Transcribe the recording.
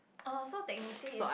oh so technically it's